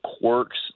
quirks